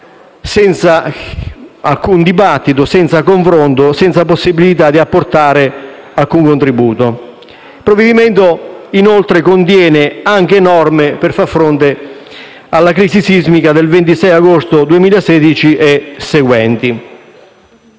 stato alcun dibattito, confronto e neanche la possibilità di apportare alcun contributo. Il provvedimento, inoltre, contiene norme per far fronte alla crisi sismica del 26 agosto 2016 e seguenti.